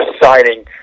deciding